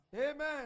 Amen